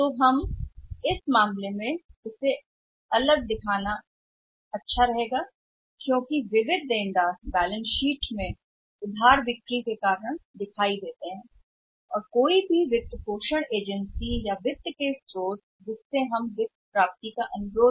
तो इस मामले में यह व्यक्तिगत रूप से दिखाना बहुत अच्छा है क्योंकि विविध ऋणी सामने आ रहे हैं या दिखाई दे रहे हैं बैलेंस शीट क्रेडिट बिक्री और किसी भी वित्त पोषण एजेंसी वित्त के किसी भी स्रोत के कारण जिसे हम हैं वित्त के रूप में प्रदान करने का अनुरोध